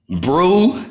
Brew